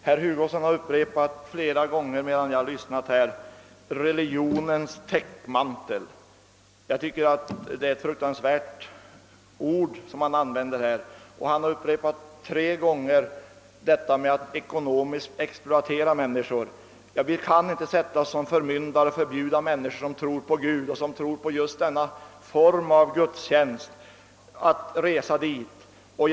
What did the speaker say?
Herr talman! Herr Hugosson har flera gånger under denna debatt använt uttrycket »religionens täckmantel». Jag tycker att detta är ett fruktansvärt uttryck. Tre gånger har han också upprepat påståendet att man har ekonomiskt exploaterat människor. Vi kan inte sätta oss som förmyndare över människor och förbjuda dem som tror på Gud och på just denna form av gudstjänst att resa till dessa möten.